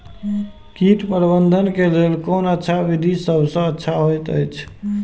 कीट प्रबंधन के लेल कोन अच्छा विधि सबसँ अच्छा होयत अछि?